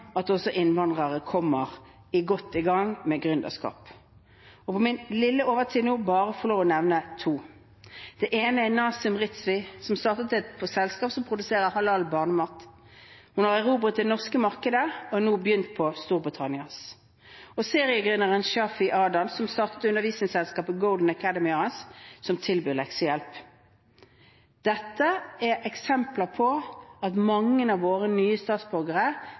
at også innvandrere kommer godt i gang med gründerskap. Jeg vil på overtid nå bare få lov til å nevne to: Den ene er Nasim Rizvi, som startet et selskap som produserer halal barnemat. Hun har erobret det norske markedet og har nå begynt på Storbritannias marked. Seriegründeren Shafi Adan startet undervisningsselskapet Golden Academy AS som tilbyr leksehjelp. Dette er eksempler på at mange av våre nye statsborgere